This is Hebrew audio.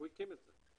הוא הקים את זה.